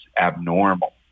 abnormal